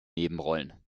nebenrollen